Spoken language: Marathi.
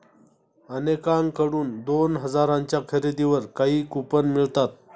अनेकांकडून दोन हजारांच्या खरेदीवर काही कूपन मिळतात